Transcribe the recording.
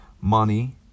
money